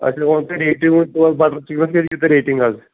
اچھا وۄنۍ وَنتہٕ ریٹنگ وۄنۍ بَٹَر چِکٕنَس کیٛاہ دِیوٗ تُہۍ ریٹنگ آز